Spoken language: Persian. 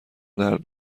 درد